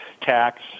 tax